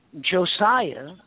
Josiah